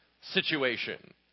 situation